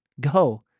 Go